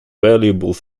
valuable